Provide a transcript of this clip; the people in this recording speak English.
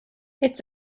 its